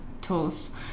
tools